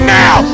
now